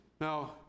Now